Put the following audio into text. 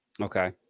Okay